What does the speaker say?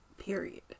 period